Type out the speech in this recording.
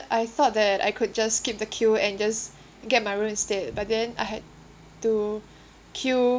I thought that I could just skip the queue and just get my room instead but then I had to queue